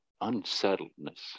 unsettledness